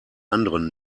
anderen